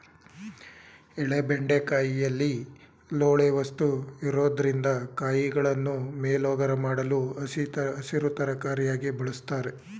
ಎಳೆ ಬೆಂಡೆಕಾಯಿಲಿ ಲೋಳೆ ವಸ್ತು ಇರೊದ್ರಿಂದ ಕಾಯಿಗಳನ್ನು ಮೇಲೋಗರ ಮಾಡಲು ಹಸಿರು ತರಕಾರಿಯಾಗಿ ಬಳುಸ್ತಾರೆ